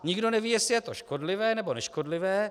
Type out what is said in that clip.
Nikdo neví, jestli je to škodlivé, nebo neškodlivé.